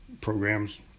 programs